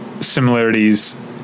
similarities